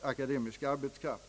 akademisk arbetskraft.